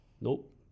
Nope